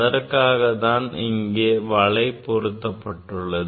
அதற்காகத்தான் இங்கே வலை ஏற்படுத்தப்பட்டுள்ளது